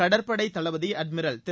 கடற்படைத் தளபதி அட்மிரல் திரு